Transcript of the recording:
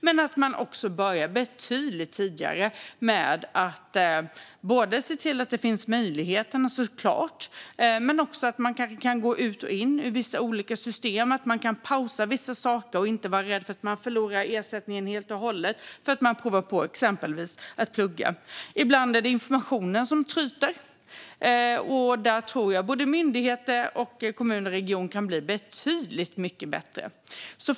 Men man ska också börja betydligt tidigare med att både se till att det finns möjligheter, såklart, och att människor kan gå ut ur och in i vissa olika system. Man ska kunna pausa vissa saker utan att behöva vara rädd för att förlora ersättningen helt och hållet för att man exempelvis provar på att plugga. Ibland är det informationen som tryter. Där tror jag att både myndigheter, kommun och region kan bli betydligt mycket bättre.